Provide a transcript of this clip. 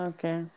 Okay